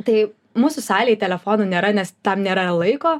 tai mūsų salėj telefonų nėra nes tam nėra laiko